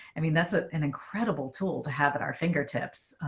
i mean, that's ah an incredible tool to have at our fingertips.